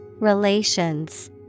Relations